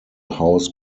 house